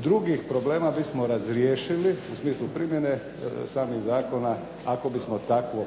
drugih problema bismo razriješili, u smislu primjene samih zakona, ako bismo takvo